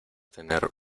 tener